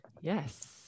Yes